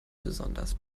besonders